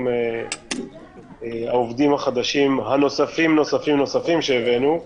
העובדים החדשים הנוספים נוספים שהבאנו.